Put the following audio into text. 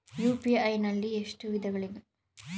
UPI ನಲ್ಲಿ ಎಷ್ಟು ವಿಧಗಳಿವೆ?